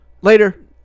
Later